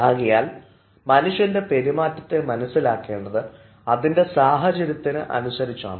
ആകയാൽ മനുഷ്യൻറെ പെരുമാറ്റത്തെ മനസ്സിലാക്കേണ്ടത് അതിൻറെ സാഹചര്യത്തിന് അനുസരിച്ചാണ്